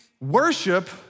worship